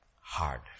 hard